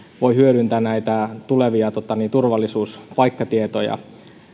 voi hyödyntää näitä tulevia turvallisuuspaikkatietoja